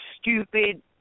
stupid